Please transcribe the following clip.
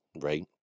right